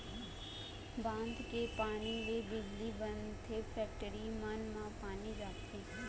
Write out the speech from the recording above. बांध के पानी ले बिजली बनथे, फेकटरी मन म पानी जाथे